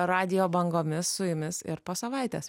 radijo bangomis su jumis ir po savaitės